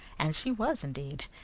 and she was indeed.